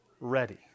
ready